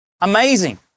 Amazing